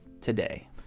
today